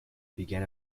began